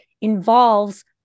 involves